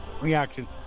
reaction